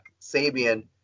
Sabian